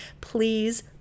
Please